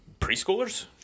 preschoolers